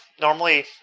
normally